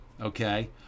okay